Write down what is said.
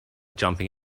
jumping